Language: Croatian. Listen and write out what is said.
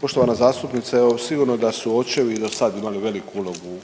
Poštovana zastupnice evo sigurno da su očevi dosad imali veliku ulogu